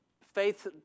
faith